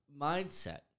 mindset